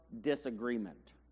disagreement